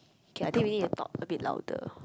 okay I think we need to talk a bit louder